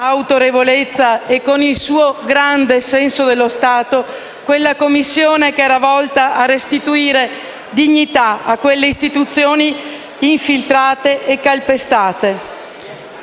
autorevolezza e con il suo grande senso dello Stato, la Commissione volta a restituire dignità a istituzioni infiltrate e calpestate.